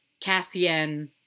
Cassian